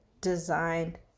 designed